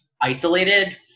isolated